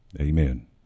Amen